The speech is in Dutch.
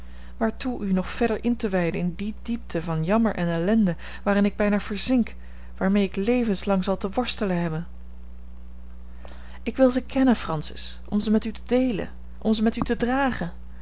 waartoe u nog verder in te wijden in die diepten van jammer en ellende waarin ik bijna verzink waarmee ik levenslang zal te worstelen hebben ik wil ze kennen francis om ze met u te deelen om ze met u te dragen